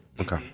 Okay